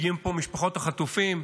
מגיעות לפה משפחות החטופים,